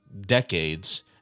decades